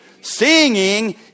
Singing